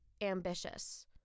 ambitious